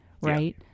right